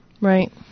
Right